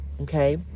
Okay